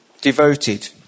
devoted